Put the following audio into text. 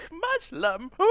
Muslim